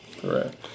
Correct